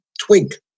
twink